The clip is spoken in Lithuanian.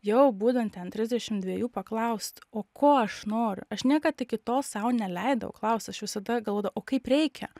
jau būnant ten trisdešim dviejų paklaust o ko aš noriu aš niekad iki tol sau neleidau klaust aš visada galvodavau o kaip reikia